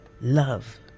love